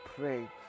pray